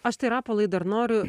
aš tai rapolai dar noriu